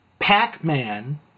Pac-Man